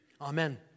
Amen